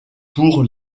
pour